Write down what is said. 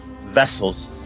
vessels